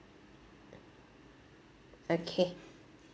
okay